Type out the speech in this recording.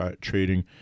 trading